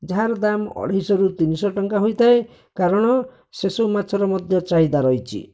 ଯାହାର ଦାମ ଅଢ଼େଇଶହରୁ ତିନିଶହ ଟଙ୍କା ହୋଇଥାଏ କାରଣ ସେସବୁ ମାଛର ଚାହିଦା ରହିଛି